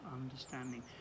understanding